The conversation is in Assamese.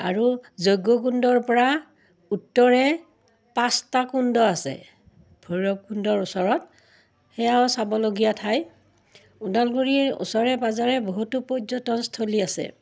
আৰু যজ্ঞ কুণ্ডৰ পৰা উত্তৰে পাঁচটা কুণ্ড আছে ভৈৰৱকুণ্ডৰ ওচৰত সেয়াও চাবলগীয়া ঠাই ওদালগুৰিৰ ওচৰে পাঁজৰে বহুতো পৰ্যটনস্থলী আছে